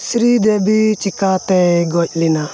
ᱥᱨᱤᱫᱮᱵᱤ ᱪᱤᱠᱟᱹᱛᱮᱭ ᱜᱚᱡ ᱞᱮᱱᱟ